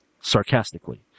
sarcastically